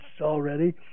already